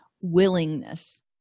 willingness